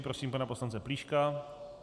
Prosím pana poslance Plíška.